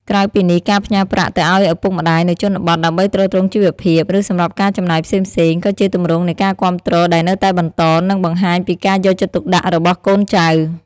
ក្រៅពីនេះ ការផ្ញើប្រាក់ទៅឱ្យឪពុកម្ដាយនៅជនបទ ដើម្បីទ្រទ្រង់ជីវភាព ឬសម្រាប់ការចំណាយផ្សេងៗ ក៏ជាទម្រង់នៃការគាំទ្រដែលនៅតែបន្ត និងបង្ហាញពីការយកចិត្តទុកដាក់របស់កូនចៅ។